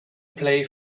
play